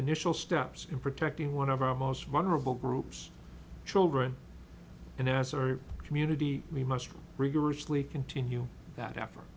initial steps in protecting one of our most vulnerable groups children and as our community we must rigorously continue that effort